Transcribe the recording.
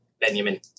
Benjamin